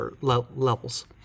levels